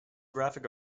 graphic